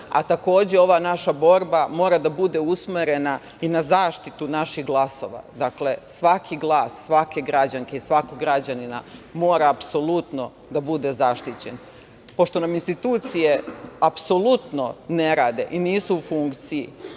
a takođe, ova naša borba mora da bude usmerena i na zaštitu naših glasova. Svaki glas svake građanke i svakog građanina mora apsolutno da bude zaštićen. Pošto nam institucije apsolutno ne rade i nisu u funkciji,